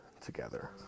together